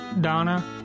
Donna